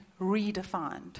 redefined